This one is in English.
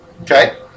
Okay